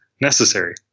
necessary